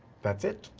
that's it.